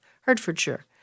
Hertfordshire